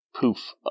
poof